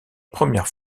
première